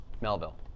Melville